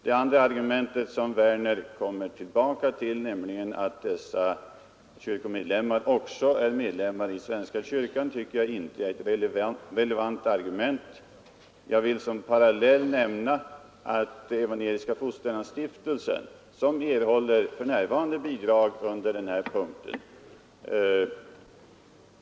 Det andra argumentet som herr Werner kom tillbaka till, nämligen att dessa kyrkomedlemmar också är medlemmar i svenska kyrkan, tycker jag inte är relevant. Jag vill som parallell nämna att Evangeliska fosterlandsstiftelsen för närvarande erhåller bidrag under den här punkten.